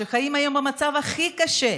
שחיים היום במצב הכי קשה,